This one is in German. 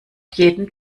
jeden